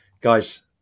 Guys